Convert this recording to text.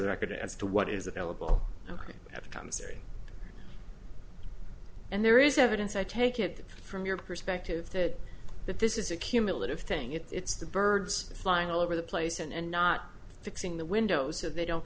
record as to what is available ok at the commissary and there is evidence i take it from your perspective that that this is a cumulative thing it's the birds flying all over the place and not fixing the windows so they don't